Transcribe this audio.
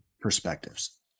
perspectives